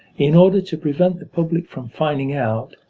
in order to prevent the public from finding out,